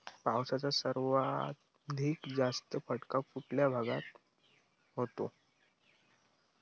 पावसाचा सर्वाधिक जास्त फटका कुठल्या भागात होतो?